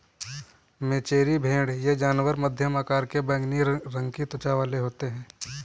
मेचेरी भेड़ ये जानवर मध्यम आकार के बैंगनी रंग की त्वचा वाले होते हैं